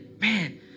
man